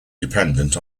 dependent